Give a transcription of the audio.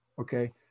Okay